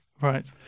Right